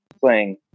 playing